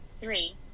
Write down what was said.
Three